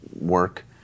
work